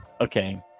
Okay